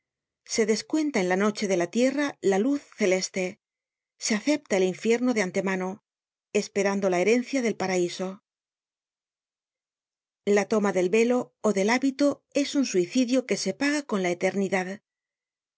se descuenta en la noche de la tierra la luz celeste se acepta el infierno de antemano esperando la herencia del paraiso la toma del velo ó del hábito es un suicidio que se paga con la eternidad